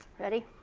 ready?